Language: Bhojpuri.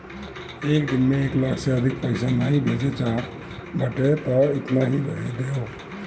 एक दिन में एक लाख से अधिका पईसा नाइ भेजे चाहत बाटअ तअ एतना ही रहे दअ